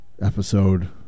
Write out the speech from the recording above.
episode